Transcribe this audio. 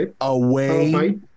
away